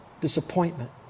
disappointment